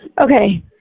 Okay